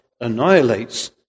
annihilates